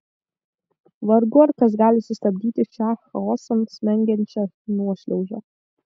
vargu ar kas gali sustabdyti šią chaosan smengančią nuošliaužą